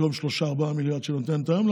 במקום 3 4 מיליארד שהיא נותנת היום,